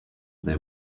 they